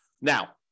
Now